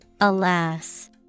alas